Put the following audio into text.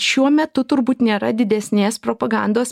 šiuo metu turbūt nėra didesnės propagandos